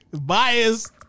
Biased